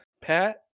pat